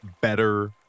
better